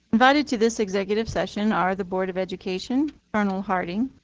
invited to this executive session are the board of education, colonel harting,